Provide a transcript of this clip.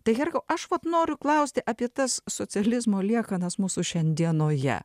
tai herkau aš vat noriu klausti apie tas socializmo liekanas mūsų šiandienoje